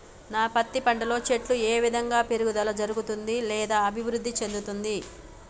నా పత్తి పంట లో చెట్టు ఏ విధంగా పెరుగుదల జరుగుతుంది లేదా అభివృద్ధి చెందుతుంది?